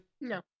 no